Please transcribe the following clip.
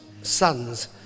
sons